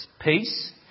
peace